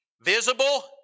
visible